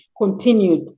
continued